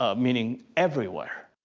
ah meaning everywhere.